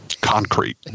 Concrete